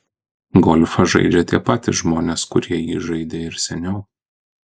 golfą žaidžia tie patys žmonės kurie jį žaidė ir seniau